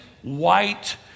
White